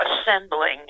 assembling